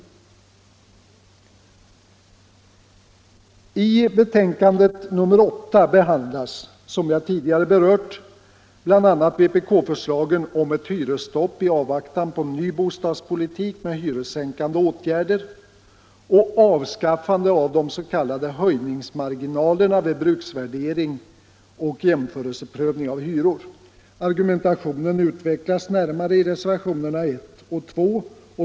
I betänkandet nr 8 behandlas, som jag tidigare berört, bl.a. vpk-förslagen om ett hyresstopp i avvaktan på en ny bostadspolitik med hyressänkande åtgärder och avskaffande av de s.k. höjningsmarginalerna vid bruksvärdering och jämförelseprövning av hyror. Argumentationen utvecklas närmare i reservationerna 1 och 2.